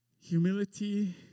Humility